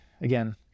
again